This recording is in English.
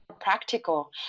practical